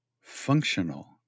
functional